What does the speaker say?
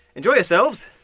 enjoy yourselves!